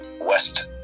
West